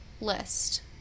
list